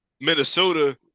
Minnesota